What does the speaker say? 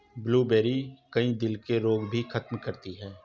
blueberry, कई दिल के रोग भी खत्म करती है